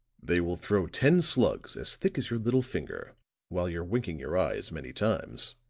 they will throw ten slugs as thick as your little finger while you're winking your eye as many times,